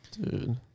Dude